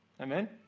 Amen